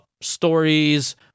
stories